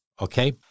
okay